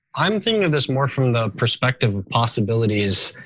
i'm thinking of this more from the perspective of possibilities